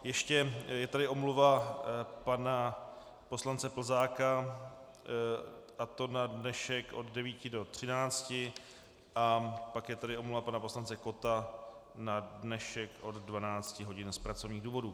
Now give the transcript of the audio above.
Ještě je tady omluva pana poslance Plzáka a to na dnešek od 9 do 13 hodin a pak je tady omluva pana poslance Kotta na dnešek od 12 hodin z pracovních důvodů.